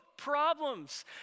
problems